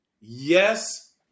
Yes